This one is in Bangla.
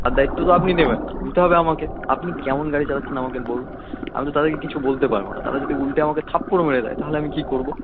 তার দায়িত্ব তো আপনি নেবেন না নিতে হবে আমাকে আপনি কেমন গাড়ি চালাচ্ছেন আমাকে বলুন আমি তো তাদেরকে কিছু বলতে পারবো না তারা যদি উলটে আমাকে থাপ্পড় মেরে দেয় তাহলে আমি কী করবো